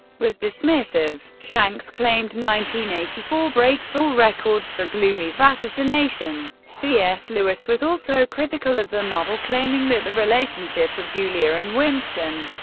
was dismissive shanks claimed nineteen eighty-four breaks all records for gloomy vaticination. c. s. lewis was also critical of the novel, claiming that the relationship of julia and winston,